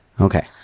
Okay